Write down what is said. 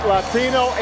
Latino